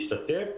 להשתתף.